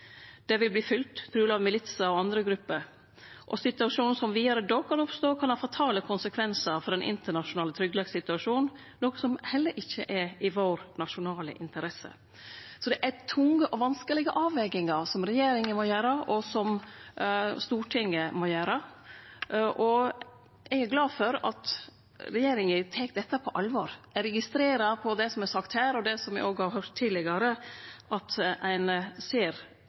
Det vil verte fylt, truleg av militsar og andre grupper, og situasjonen som vidare kan oppstå, kan ha fatale konsekvensar for den internasjonale tryggleikssituasjonen, noko som heller ikkje er i vår nasjonale interesse. Så det er tunge og vanskelege avvegingar regjeringa og Stortinget må gjere. Eg er glad for at regjeringa tek dette på alvor. Eg registrerer ut frå det som er sagt her, og det som eg har høyrt tidlegare, at ein ser